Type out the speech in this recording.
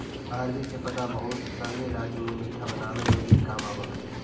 अरबी के पत्ता बहुत सनी राज्य में पीठा बनावे में भी काम आवऽ हई